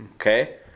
Okay